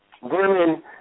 women